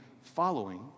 following